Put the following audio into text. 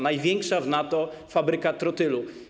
Największa w NATO fabryka trotylu.